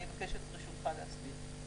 אני מבקשת את רשותך להסביר מדוע.